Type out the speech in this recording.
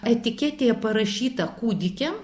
etiketėje parašyta kūdikiam